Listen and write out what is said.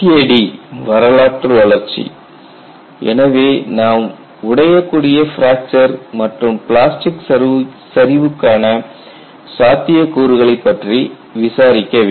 FAD வரலாற்று வளர்ச்சி எனவே நாம் உடையக்கூடிய பிராக்சர் மற்றும் பிளாஸ்டிக் சரிவுக்கான சாத்தியக்கூறுகளைப் பற்றி விசாரிக்க வேண்டும்